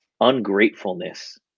ungratefulness